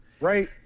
right